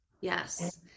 yes